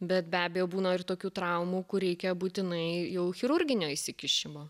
bet be abejo būna ir tokių traumų kur reikia būtinai jau chirurginio įsikišimo